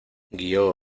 guío